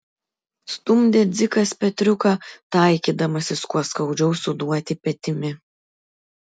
stumdė dzikas petriuką taikydamasis kuo skaudžiau suduoti petimi